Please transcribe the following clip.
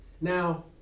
Now